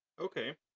Okay